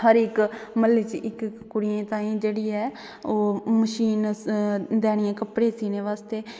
हर इक म्हल्ले च इक इक कुड़ी तांई जेहड़ी ऐ ओह् मशीन देनी ऐ कपड़े सीने बास्तै